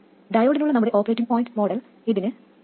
ഡയോഡിനുള്ള നമ്മുടെ operating point model ഇതിന് 0